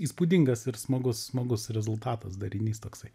įspūdingas ir smagus smagus rezultatas darinys toksai